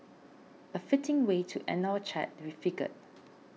a fitting way to end our chat we figured